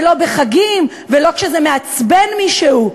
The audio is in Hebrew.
ולא בחגים ולא כשזה מעצבן מישהו.